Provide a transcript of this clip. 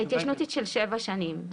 ההתיישנות היא של שבע שנים.